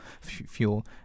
fuel